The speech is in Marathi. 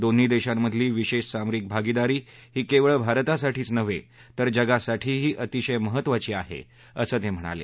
दोन्ही देशामधली विशेष सामरिक भागीदारी ही केवळ भारतासाठीच नव्हे तर जगासाठीही अतिशय महत्वाची आहे असं ते म्हणाले